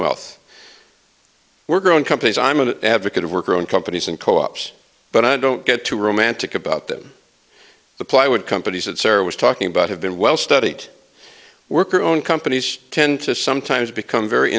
wealth were grown companies i'm an advocate of worker own companies and co ops but i don't get too romantic about them the plywood companies that sarah was talking about have been well studied worker own companies tend to sometimes become very